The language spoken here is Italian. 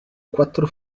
quattro